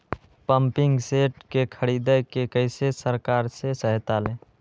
Pumping set के ख़रीदे मे कैसे सरकार से सहायता ले?